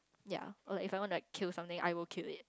ya or like if I want to like kill something I will kill it